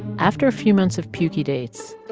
after a few months of pukey dates,